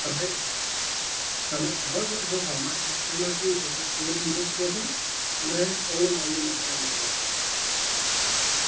તમે તમે કરો છો જો અમારે એક્ચ્યુઅલમાં કેવું છે કે ફોર બીએચકે છે અને ત્રણ માળનું મકાન છે